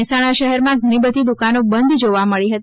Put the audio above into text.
મહેસાણા શહેરમાં ઘણી બધી દુકાનો બંધ જોવા મળી હતી